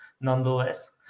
nonetheless